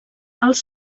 els